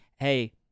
hey